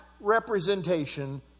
representation